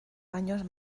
años